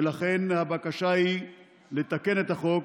ולכן הבקשה היא לתקן את החוק,